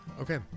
okay